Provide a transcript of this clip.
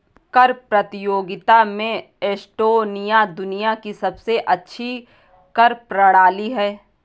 कर प्रतियोगिता में एस्टोनिया दुनिया की सबसे अच्छी कर प्रणाली है